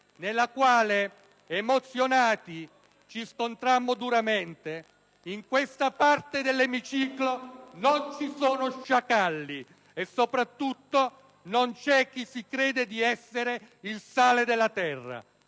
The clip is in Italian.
nella quale, emozionati, ci scontrammo duramente: in questa parte dell'emiciclo non ci sono sciacalli, e soprattutto non c'è chi crede di essere il sale della terra;